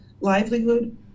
livelihood